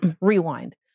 Rewind